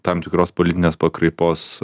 tam tikros politinės pakraipos